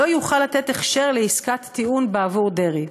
לא יוכל לתת הכשר לעסקת טיעון בעבור דרעי.